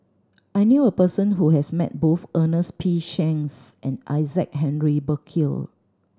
I knew a person who has met both Ernest P Shanks and Isaac Henry Burkill